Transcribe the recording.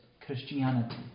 Christianity